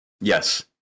yes